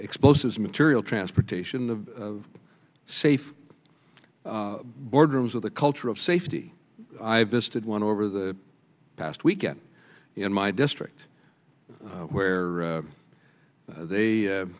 explosives material transportation the safe boardrooms of the culture of safety i've visited one over the past weekend in my district where they